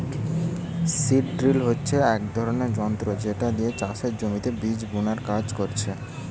seed drill হচ্ছে এক ধরণের যন্ত্র যেটা দিয়ে চাষের জমিতে বীজ বুনার কাজ করছে